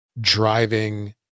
driving